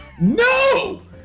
No